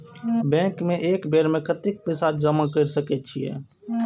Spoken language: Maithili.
बैंक में एक बेर में कतेक पैसा जमा कर सके छीये?